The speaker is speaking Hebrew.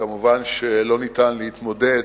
כמובן לא ניתן להתמודד